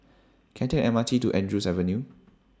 Can I Take The M R T to Andrews Avenue